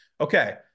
Okay